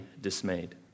dismayed